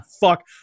fuck